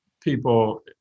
people